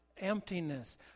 emptiness